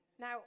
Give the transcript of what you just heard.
Now